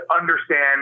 understand